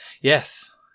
Yes